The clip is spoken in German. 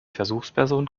versuchsperson